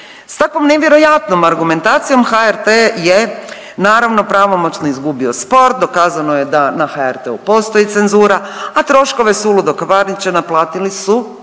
S takvom nevjerojatnom argumentacijom HRT je naravno pravomoćno izgubio spor, dokazano je da na HRT postoji cenzura, a troškove suludog …/Govornica se